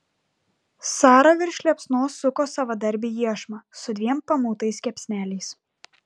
sara virš liepsnos suko savadarbį iešmą su dviem pamautais kepsneliais